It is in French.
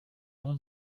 yon